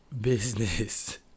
business